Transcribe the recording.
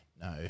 No